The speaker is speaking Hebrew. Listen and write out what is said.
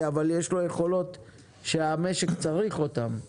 אבל יש לו יכולות שהמשק צריך אותן.